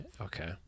okay